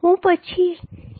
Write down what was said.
હું પછી આવીશ